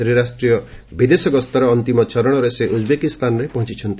ତ୍ରିରାଷ୍ଟ୍ରୟ ବିଦେଶଗସ୍ତ ଅନ୍ତିମ ଚରଣରେ ଉଜ୍ବେକିସ୍ତାନରେ ପହଞ୍ଚୁଛନ୍ତି